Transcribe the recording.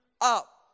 up